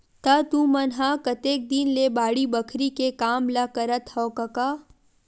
त तुमन ह कतेक दिन ले बाड़ी बखरी के काम ल करत हँव कका?